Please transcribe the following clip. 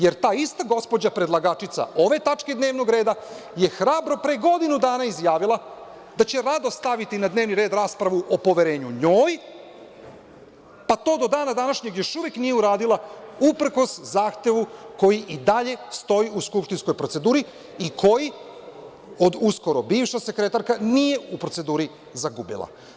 Jer, ta ista gospođa predlagačica ove tačke dnevnog reda je hrabro pre godinu dana izjavila da će rado staviti na dnevni red raspravu o poverenju njoj pa to do dana današnjeg još uvek nije uradila, uprkos zahtevu koji i dalje stoji u skupštinskoj proceduri i koji od skoro bivša sekretarka nije u proceduri zagubila.